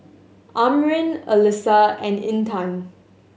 Amrin Alyssa and Intan